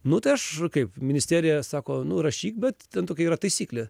nu tai aš kaip ministerija sako nu rašyk bet ten tokia yra taisyklė